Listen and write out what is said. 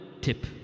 tip